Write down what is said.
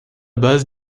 base